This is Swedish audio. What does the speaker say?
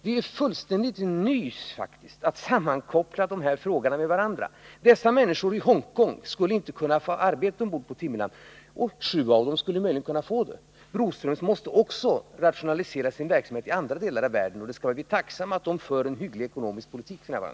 Det är faktiskt fullständigt nys att sammankoppla de här frågorna med varandra. Alla dessa människor från Hongkong skulle inte kunna få arbete ombord på Timmerland. Sju av dem skulle möjligen kunna få det. Broströmskoncernen måste också rationalisera sin verksamhet till andra delar av världen. Vi skall vara tacksamma för att Broströmskoncernen för en hygglig ekonomisk politik f. n.